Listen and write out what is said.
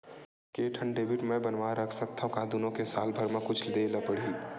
के ठन डेबिट मैं बनवा रख सकथव? का दुनो के साल भर मा कुछ दे ला पड़ही?